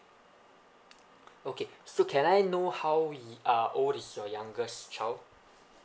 okay so can I know how ye~ uh old is your youngest child